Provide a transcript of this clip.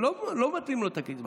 לא מבטלים לו את הקצבה.